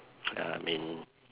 I mean